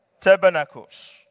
tabernacles